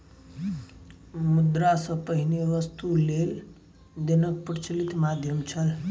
मुद्रा सॅ पहिने वस्तु लेन देनक प्रचलित माध्यम छल